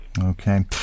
Okay